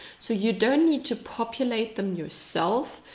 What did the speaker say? so you don't need to populate them yourself,